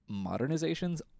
modernizations